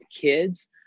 kids